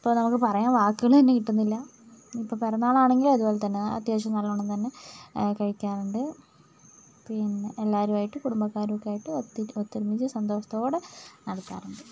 ഇപ്പോൾ നമുക്ക് പറയാൻ വാക്കുകൾ തന്നെ കിട്ടുന്നില്ല ഇപ്പോൾ പിറന്നാൾ ആണെങ്കിലും അതുപോലെ തന്നെ അത്യാവശ്യം നല്ലോണം തന്നെ കഴിക്കാറുണ്ട് പിന്നെ എല്ലാവരും ആയിട്ട് കുടുംബക്കാരും ഒക്കെ ആയിട്ട് ഒത്ത് ഒത്തൊരുമിച്ച് സന്തോഷത്തോടെ നടത്താറുണ്ട്